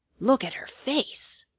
look at her face!